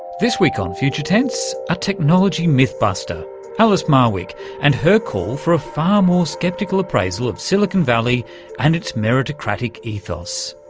this week on future tense a technology myth buster alice marwick and her call for a far more sceptical appraisal of silicon valley and its meritocratic ethos.